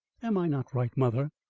am i not right, mother?